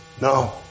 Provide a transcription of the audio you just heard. No